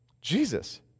Jesus